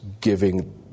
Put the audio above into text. giving